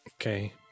Okay